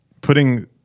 putting